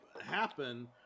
happen